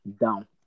down